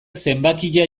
zenbakia